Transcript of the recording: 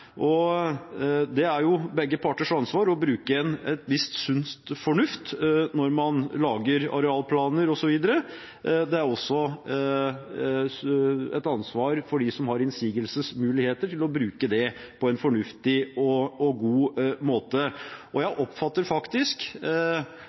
Det er begge parters ansvar å bruke en viss sunn fornuft når man lager arealplaner osv. Det er også et ansvar for dem som har innsigelsesmuligheter, å bruke muligheten på en fornuftig og god måte. Det har også vært gjort noen endringer og